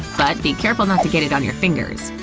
but be careful not to get it on your fingers.